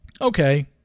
okay